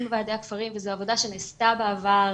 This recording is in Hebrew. עם ועדי הכפרים וזו עבודה שנעשתה בעבר,